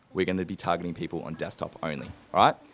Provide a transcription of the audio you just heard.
we're gonna be targeting people on desktop only, alright?